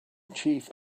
chief